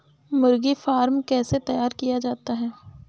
मुर्गी फार्म कैसे तैयार किया जाता है?